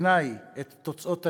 הפלסטיני, את תוצאות הנתיחה.